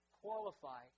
qualify